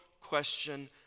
question